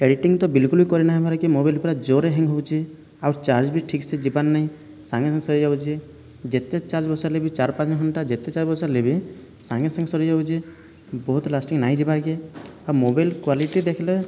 editing ତ ବିଲକୁଲ ବି କରି ନାହିଁ ହେବାର କି ମୋବାଇଲ ପୁରା ଜୋର୍ରେ ହ୍ୟାଙ୍ଗ୍ ହେଉଛି ଆଉ ଚାର୍ଜ୍ ବି ଠିକ୍ସେ ଯିବାର ନାହିଁ ସାଙ୍ଗେ ସାଙ୍ଗେ ସରିଯାଉଛି ଯେତେ ଚାର୍ଜ ବସାଇଲେ ବି ଚାରି ପାଞ୍ଚ ଘଣ୍ଟା ଯେତେ ଚାର୍ଜ ବସାଇଲେ ବି ସାଙ୍ଗେ ସାଙ୍ଗ ସରିଯାଉଛେ ବହୁତ ଲାଷ୍ଟିଙ୍ଗ୍ ନାହିଁ ଯିବାର କି ଆଉ ମୋବାଇଲ କ୍ୱାଲିଟି ଦେଖିଲେ